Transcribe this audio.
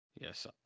Yes